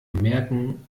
bemerken